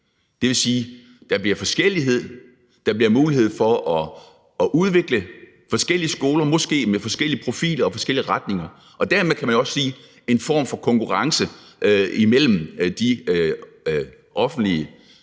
det vil sige, at der bliver forskellighed, der bliver mulighed for at udvikle forskellige skoler, måske med forskellige profiler og forskellige retninger og dermed, kan man sige, også en form for konkurrence mellem de offentlige